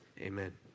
Amen